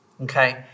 okay